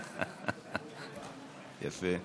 יפה.